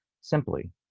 simply